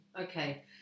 Okay